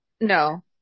No